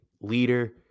leader